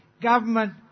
government